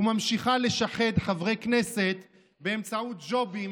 וממשיכה לשחד חברי כנסת באמצעות ג'ובים